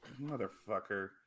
Motherfucker